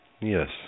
Yes